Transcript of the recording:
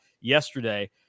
yesterday